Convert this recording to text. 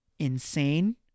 Insane